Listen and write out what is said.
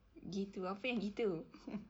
gitu apa yang gitu